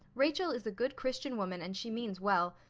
rachel is a good christian woman and she means well.